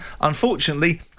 Unfortunately